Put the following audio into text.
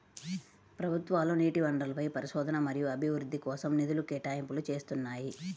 ప్రభుత్వాలు నీటి వనరులపై పరిశోధన మరియు అభివృద్ధి కోసం నిధుల కేటాయింపులు చేస్తున్నాయి